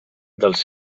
dels